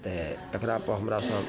तऽ तकरा पर हमरासँ